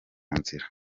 nzira